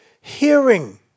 Hearing